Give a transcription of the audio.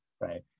right